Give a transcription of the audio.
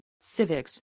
civics